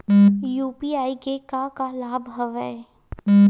UPI के का का लाभ हवय?